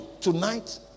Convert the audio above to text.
tonight